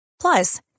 Plus